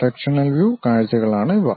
sectional view കാഴ്ചകളാണ് ഇവ